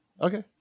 Okay